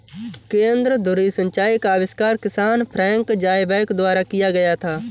केंद्र धुरी सिंचाई का आविष्कार किसान फ्रैंक ज़ायबैक द्वारा किया गया था